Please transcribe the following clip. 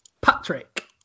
Patrick